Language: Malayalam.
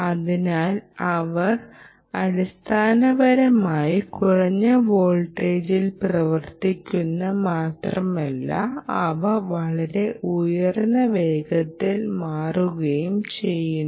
അതിനാൽ അവർ അടിസ്ഥാനപരമായി കുറഞ്ഞ വോൾട്ടേജിൽ പ്രവർത്തിക്കുന്നു മാത്രമല്ല അവ വളരെ ഉയർന്ന വേഗതയിൽ മാറുകയും ചെയ്യുന്നു